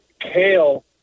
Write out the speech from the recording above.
Kale